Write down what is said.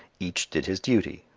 each did his duty,